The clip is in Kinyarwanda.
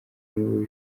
niwe